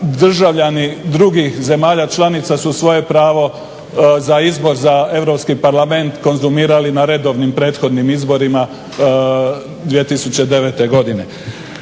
državljani drugih zemalja članica su svoje pravo za izbor za Europski parlament konzumirali na redovnim prethodnim izborima 2009. godine.